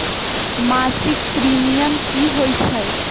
मासिक प्रीमियम की होई छई?